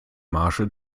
marge